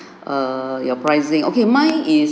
err your pricing okay mine is